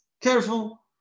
careful